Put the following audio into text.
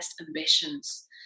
ambitions